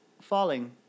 Falling